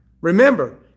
remember